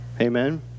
Amen